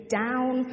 down